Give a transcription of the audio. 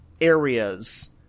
areas